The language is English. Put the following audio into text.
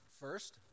First